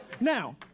Now